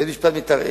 ומצד שני